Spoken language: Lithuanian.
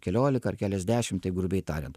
keliolika ar keliasdešimt taip grubiai tariant